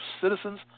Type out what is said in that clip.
citizens